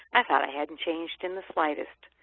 i thought i hadn't changed in the slightest.